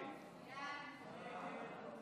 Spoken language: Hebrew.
הצעת הוועדה המשותפת